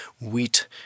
Wheat